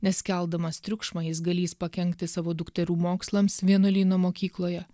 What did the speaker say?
nes keldamas triukšmą jis galįs pakenkti savo dukterų mokslams vienuolyno mokykloje